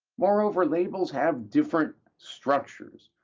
moreover, labels have different structures.